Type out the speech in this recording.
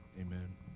amen